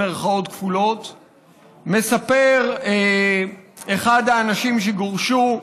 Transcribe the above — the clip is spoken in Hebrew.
מספר אחד האנשים שגורשו: